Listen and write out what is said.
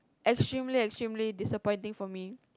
extremely extremely disappointing for me